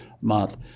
month